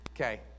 Okay